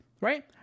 right